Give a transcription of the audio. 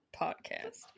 podcast